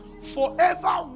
Forever